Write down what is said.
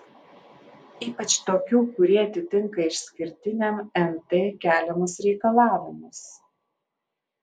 ypač tokių kurie atitinka išskirtiniam nt keliamus reikalavimus